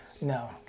No